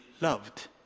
loved